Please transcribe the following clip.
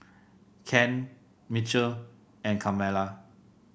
Ken Mitchell and Carmela